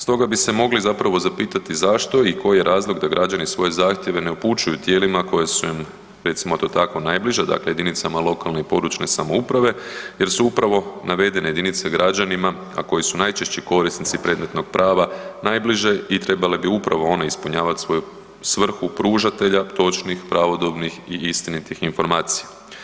Stoga bi se mogli zapravo zapitati zašto i koji je razlog da građani svoje zahtjeve ne upućuju tijelima koja su im recimo to tako najbliža, dakle jedinicama lokalne i područne samouprave jer su upravo navedene jedinice građanima, a koji su najčešći korisnici predmetnog prava najbliže i trebale bi upravo one ispunjavati svoju svrhu pružatelja točnih, pravodobnih i istinitih informacija.